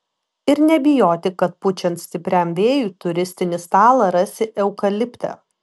ir nebijoti kad pučiant stipriam vėjui turistinį stalą rasi eukalipte